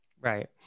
Right